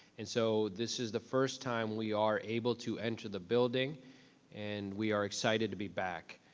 and so this is the first time we are able to enter the building and we are excited to be back.